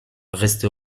restée